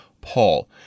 Paul